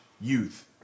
youth